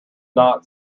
not